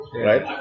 right